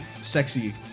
sexy